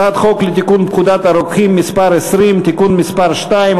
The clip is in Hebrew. הצעת חוק לתיקון פקודת הרוקחים (מס' 20) (תיקון מס' 2,